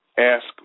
Ask